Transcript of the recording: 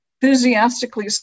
enthusiastically